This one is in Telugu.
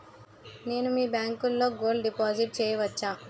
నేను మీ బ్యాంకులో గోల్డ్ డిపాజిట్ చేయవచ్చా?